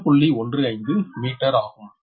15 metre ஆகும்